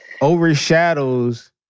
overshadows